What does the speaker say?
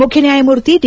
ಮುಖ್ಯ ನ್ಯಾಯಮೂರ್ತಿ ಡಿ